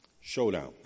showdown